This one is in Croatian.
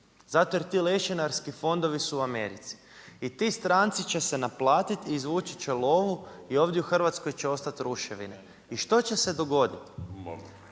Zato jer ti lešinarski fondovi su u Americi i ti stranci će se naplatiti i izvući će lovu i ovdje u Hrvatskoj će ostati ruševine. I što će se dogoditi?